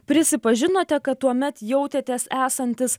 prisipažinote kad tuomet jautėtės esantis